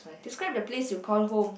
describe the place you call home